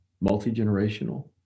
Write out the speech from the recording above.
multi-generational